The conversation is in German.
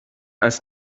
als